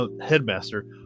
headmaster